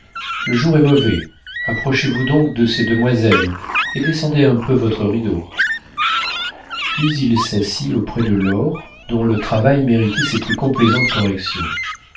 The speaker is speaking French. le jour est mauvais approchez-vous donc de ces demoiselles et descendez un peu votre rideau puis il s'assit auprès de laure dont le travail méritait ses plus complaisantes corrections